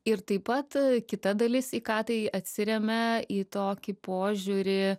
ir taip pat kita dalis į ką tai atsiremia į tokį požiūrį